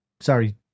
Sorry